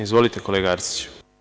Izvolite, kolega Arsiću.